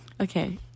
Okay